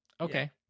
okay